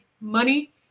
money